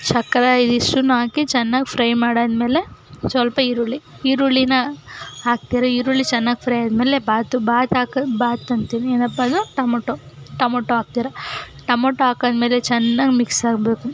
ಚಕ್ರ ಇದಿಷ್ಟನ್ನೂ ಹಾಕಿ ಚೆನ್ನಾಗಿ ಫ್ರೈ ಮಾಡಾದಮೇಲೆ ಸ್ವಲ್ಪ ಈರುಳ್ಳಿ ಈರುಳ್ಳಿನ ಹಾಕ್ತೀರ ಈರುಳ್ಳಿ ಚೆನ್ನಾಗಿ ಫ್ರೈ ಆದ್ಮೇಲೆ ಬಾತು ಬಾತು ಹಾಕೋದು ಬಾತು ಅಂತೀನಿ ಏನಪ್ಪಾ ಅದು ಟೊಮೊಟೊ ಟೊಮೊಟೊ ಹಾಕ್ತೀರ ಟೊಮೊಟೊ ಹಾಕಾದ್ಮೇಲೆ ಚೆನ್ನಾಗಿ ಮಿಕ್ಸ್ ಆಗಬೇಕು